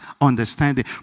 understanding